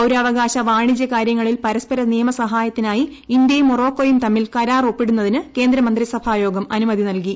പൌരാവകാശ വാണിജൃ കാര്യങ്ങളിൽ പരസ്പര നിയമസഹായത്തിനായി ഇന്ത്യയും മൊറോക്കോയും തമ്മിൽ കരാർ ഒപ്പിടുന്നതിനു കേന്ദ്ര മന്ത്രിസഭാ യോഗം അനുമതി നൽകി